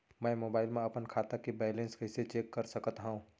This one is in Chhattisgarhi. मैं मोबाइल मा अपन खाता के बैलेन्स कइसे चेक कर सकत हव?